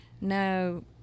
no